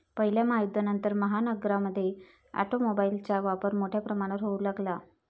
पहिल्या महायुद्धानंतर, महानगरांमध्ये ऑटोमोबाइलचा वापर मोठ्या प्रमाणावर होऊ लागला